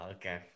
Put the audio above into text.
Okay